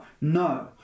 No